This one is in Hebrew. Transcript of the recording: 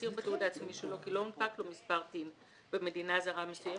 הצהיר בתיעוד העצמי שלו כי לא הונפק לו מספר TIN במדינה הזרה המסוימת,